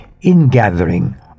ingathering